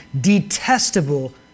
detestable